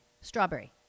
Strawberry